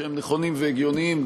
כשהם נכונים והגיוניים,